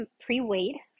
pre-weighed